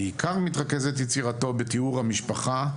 בעיקר מתרכזת יצירתו בתיאור המשפחה,